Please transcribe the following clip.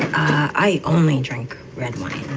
i only drink red wine